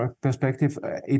perspective